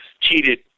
Cheated